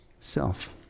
self